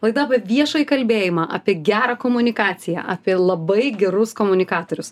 laida apie viešąjį kalbėjimą apie gerą komunikaciją apie labai gerus komunikatorius